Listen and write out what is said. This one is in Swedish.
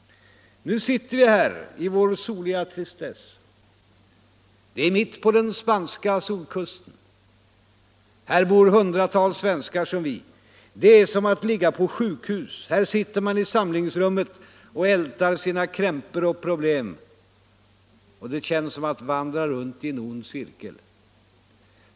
”Nu sitter vi här i vår soliga tristess. Det är mitt på den spanska solkusten. Här bor hundratals svenskar som vi. Det är som att ligga på sjukhus. Där sitter man i samlingsrummet och ältar sina krämpor och problem och det känns som att vandra runt i en ond cirkel.